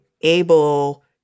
able